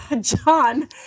John